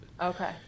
Okay